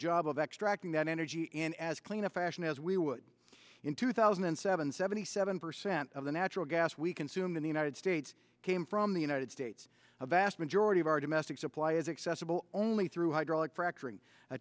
job of extracting that energy and as clean a fashion as we would in two thousand and seven seventy seven percent of the natural gas we consume in the united states came from the united states a vast majority of our domestic supply is accessible only through hydraulic fracturing a